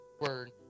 word